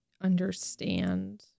understand